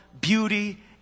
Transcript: beauty